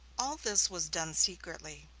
all this was done secretly.